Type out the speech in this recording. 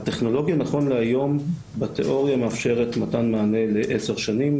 הטכנולוגיה נכון להיום בתיאוריה מאפשרת מתן מענה לעשר שנים.